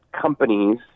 companies